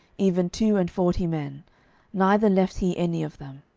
even two and forty men neither left he any of them.